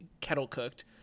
kettle-cooked